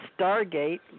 Stargate